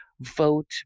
vote